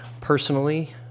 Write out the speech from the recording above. personally